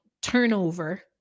turnover